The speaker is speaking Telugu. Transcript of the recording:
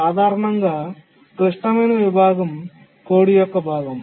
సాధారణంగా క్లిష్టమైన విభాగం కోడ్ యొక్క భాగం